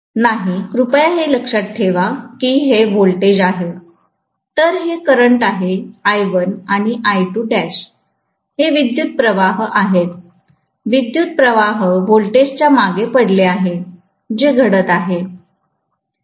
नाही कृपया हे लक्षात ठेवा की हे व्होल्टेज आहे तर हे करंट आहे I1 किंवा हे विद्युत्प्रवाह आहेत विद्युत प्रवाह वोल्टेज च्या मागे पडले पाहिजे जे घडत आहे